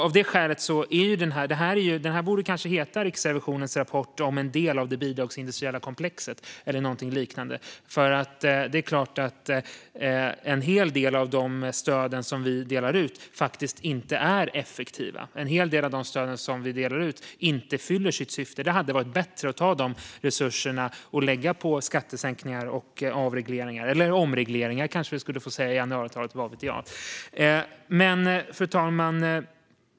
Av det skälet borde den här rapporten kanske heta Riksrevisionens rapport om en del av det bidragsindustriella komplexet eller något liknande, för det är klart att en hel del av de stöd vi delar ut inte är effektiva och inte fyller sitt syfte. Det hade varit bättre att lägga de resurserna på skattesänkningar och avregleringar - eller omregleringar, kanske vi skulle få säga i januariavtalet; vad vet jag.